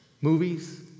Movies